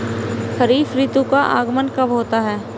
खरीफ ऋतु का आगमन कब होता है?